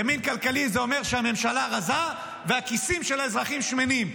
ימין כלכלי זה אומר שהממשלה רזה והכיסים של האזרחים שמנים.